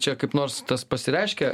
čia kaip nors tas pasireiškia